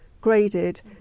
graded